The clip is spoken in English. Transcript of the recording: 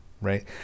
right